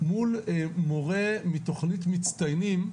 מול מורה מתוכנית מצטיינים,